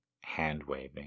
hand-waving